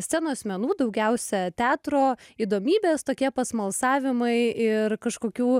scenos menų daugiausia teatro įdomybės tokie pasmalsavimai ir kažkokių